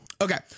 Okay